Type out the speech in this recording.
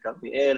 בכרמיאל,